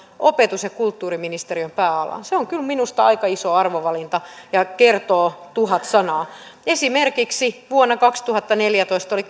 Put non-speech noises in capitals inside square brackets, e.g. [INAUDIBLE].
opetus ja kulttuuriministeriön pääalaan se on kyllä minusta aika iso arvovalinta ja kertoo tuhat sanaa esimerkiksi vuonna kaksituhattaneljätoista oli [UNINTELLIGIBLE]